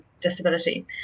disability